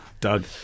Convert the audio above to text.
Doug